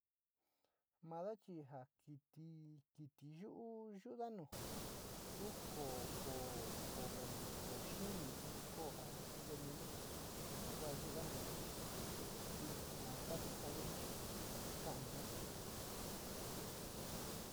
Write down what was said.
Mada chi ja kiti, kiti yuu yuga nu kuu koo, koo xii xi ja koo ñu´u venenu. Yuka kua yuga nu chi ka ku´u ta´ayo jii chi kaniña.